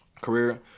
career